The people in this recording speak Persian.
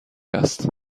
است